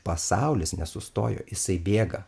pasaulis nesustojo jisai bėga